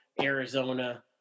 Arizona